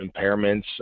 impairments